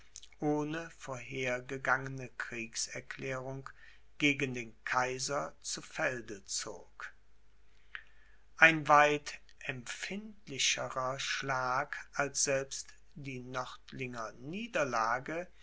ohne vorhergegangene kriegserklärung gegen den kaiser zu felde zog ein weit empfindlicherer schlag als selbst die nördlinger niederlage